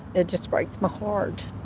it just breaks my heart